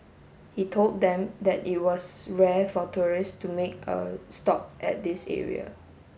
he told them that it was rare for tourists to make a stop at this area